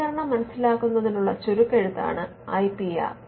നവീകരണം മനസിലാക്കുന്നതിനുള്ള ചുരുക്കെഴുത്താണ് ഐ പി ആർ